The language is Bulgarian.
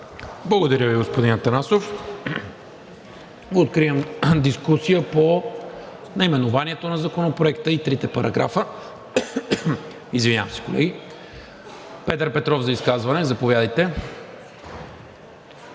Благодаря Ви, господин Атанасов. Откривам дискусия по наименованието на Законопроекта и трите параграфа. Петър Петров, за изказване. Заповядайте.